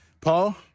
Paul